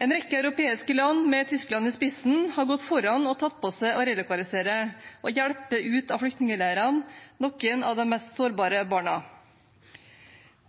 En rekke europeiske land, med Tyskland i spissen, har gått foran og tatt på seg å relokalisere og hjelpe ut av flyktningleirene noen av de mest sårbare barna.